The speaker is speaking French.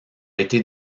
été